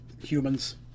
humans